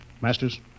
Masters